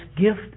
gift